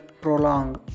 prolong